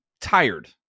tired